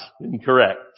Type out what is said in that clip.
incorrect